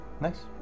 Nice